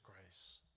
grace